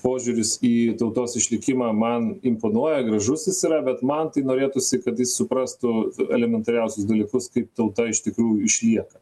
požiūris į tautos išlikimą man imponuoja gražus jis yra bet man tai norėtųsi kad jis suprastų elementariausius dalykus kaip tauta iš tikrųjų išlieka